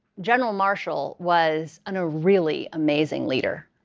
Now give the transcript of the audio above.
general marshall was and a really amazing leader.